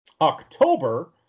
October